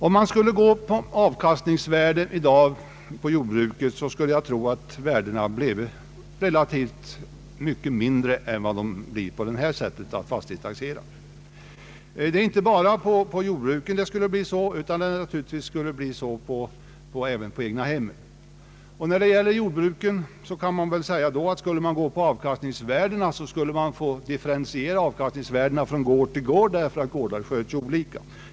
Om man skulle gå på avkastningsvärdet på jordbruket i dag skulle jag tro att värdena blev mycket mindre än de blir enligt nuvarande taxeringsmetod. Så skulle bli fallet inte bara med jordbruken, utan även med egnahemmen. Skulle man gå på avkastningsvärdena när det gäller jordbruken, skulle man behöva differentiera värdena från gård till gård, därför att gårdarna sköts olika.